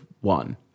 one